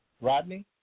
Rodney